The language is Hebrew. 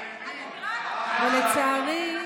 ולצערי,